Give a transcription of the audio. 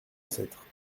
ancêtres